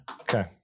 Okay